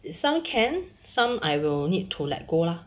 it sounds can some I will need to let go lah